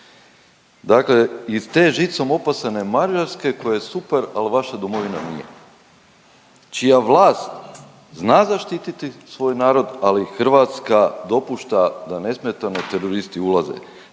dakle iz te žicom opasane Mađarske koja je super, al vaša domovina nije, čija vlast zna zaštititi svoj narod, ali Hrvatska dopušta da nesmetano teroristi ulaze.